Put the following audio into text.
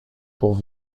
pour